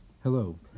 Hello